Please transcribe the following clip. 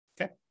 Okay